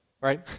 right